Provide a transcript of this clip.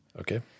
Okay